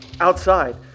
Outside